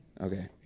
Okay